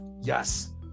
Yes